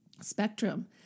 spectrum